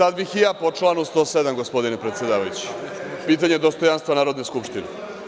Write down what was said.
Sad bih i ja po članu 107, gospodine predsedavajući, pitanje dostojanstva Narodne skupštine.